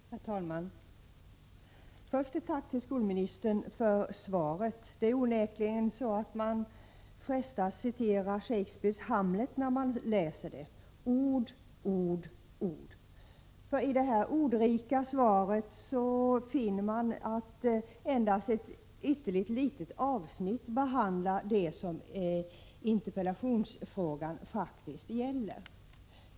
Herr talman! Först ett tack till skolministern för svaret. Det är onekligen så att man frestas att citera Shakespeares Hamlet när man läser det skrivna svaret — ord, ord, ord. I detta ordrika svar finner man nämligen att endast ett ytterligt litet avsnitt behandlar det som interpellationen faktiskt gäller.